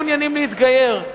מעוניינים להתגייר,